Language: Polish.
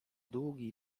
długi